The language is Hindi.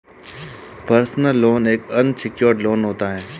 पर्सनल लोन एक अनसिक्योर्ड लोन होता है